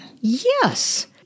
Yes